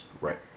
Right